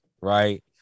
right